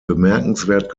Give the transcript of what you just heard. bemerkenswert